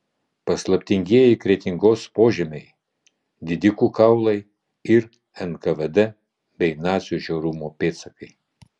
paslaptingieji kretingos požemiai didikų kaulai ir nkvd bei nacių žiaurumo pėdsakai